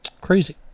Crazy